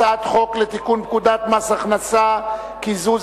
הצעת חוק לתיקון פקודת מס הכנסה (קיזוז